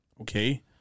okay